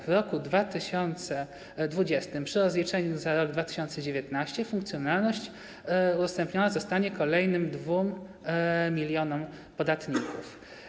W roku 2020 przy rozliczeniu za rok 2019 funkcjonalność udostępniona zostanie kolejnym 2 mln podatników.